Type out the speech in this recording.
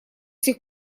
сих